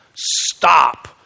stop